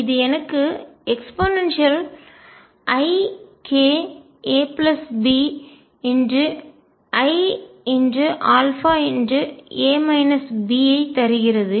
இது எனக்கு eikabiα தருகிறது